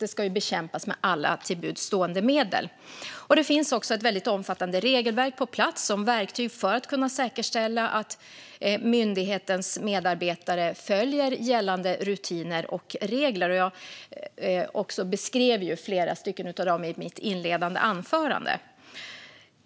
Detta ska bekämpas med alla till buds stående medel. Det finns också ett väldigt omfattande regelverk på plats som verktyg för att kunna säkerställa att myndighetens medarbetare följer gällande rutiner och regler. Jag beskrev flera av dem i mitt inledande anförande.